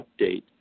update